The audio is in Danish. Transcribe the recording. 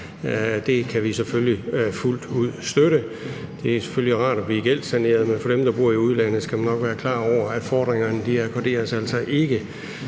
Det kan vi selvfølgelig fuldt ud støtte. Det er selvfølgelig rart at blive gældssaneret, men dem, der bor i udlandet, skal nok være klar over, at fordringerne altså ikke